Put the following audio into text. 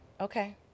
Okay